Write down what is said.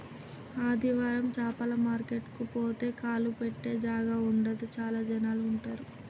ఆదివారం చాపల మార్కెట్ కు పోతే కాలు పెట్టె జాగా ఉండదు చాల జనాలు ఉంటరు